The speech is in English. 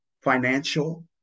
financial